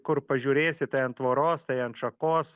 kur pažiūrėsi tai ant tvoros tai ant šakos